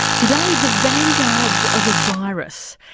today the vanguards of a virus,